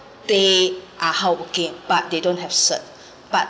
they are hardworking but they don't have cert but